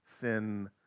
sin